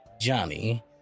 Johnny